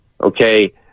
okay